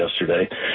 yesterday